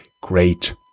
great